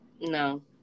No